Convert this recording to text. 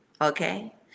Okay